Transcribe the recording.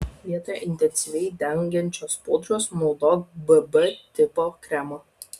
vietoje intensyviai dengiančios pudros naudok bb tipo kremą